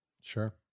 Sure